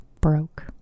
broke